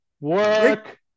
Work